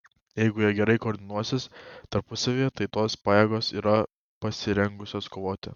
jeigu jie gerai koordinuosis tarpusavyje tai tos pajėgos yra pasirengusios kovoti